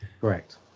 Correct